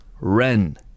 Ren